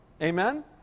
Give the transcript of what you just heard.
Amen